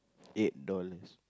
eight dollars